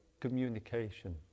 communication